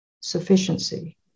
sufficiency